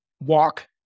walk